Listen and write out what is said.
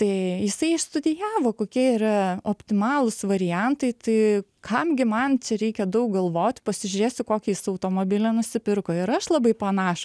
tai jisai išstudijavo kokie yra optimalūs variantai tai kam gi man čia reikia daug galvot pasižiūrėsiu kokį jis automobilį nusipirko ir aš labai panašų